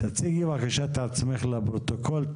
תציגי את עצמך בבקשה לפרוטוקול,